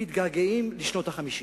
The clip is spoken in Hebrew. שהם מתגעגעים לשנות ה-50.